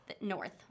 north